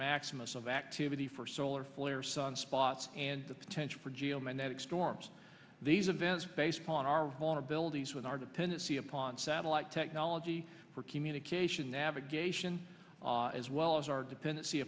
maximus of activity for solar flare sunspots and the potential for geomagnetic storms these events based upon our vulnerabilities with our dependency upon satellite technology for communication navigation as well as our dependency